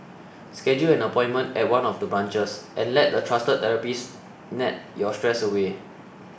schedule an appointment at one of the branches and let the trusted therapists knead your stress away